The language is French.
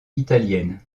italienne